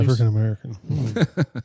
African-American